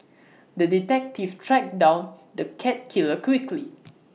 the detective tracked down the cat killer quickly